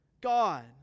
God